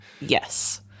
Yes